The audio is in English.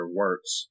works